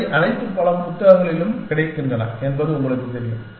இவை அனைத்தும் பல புத்தகங்களில் கிடைக்கின்றன என்பது உங்களுக்குத் தெரியும்